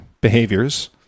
behaviors